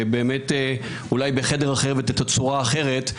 שבאמת אולי בחדר אחר ותצורה אחרת,